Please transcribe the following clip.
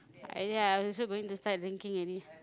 !aiya! I also going to start drinking already